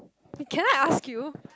can I ask you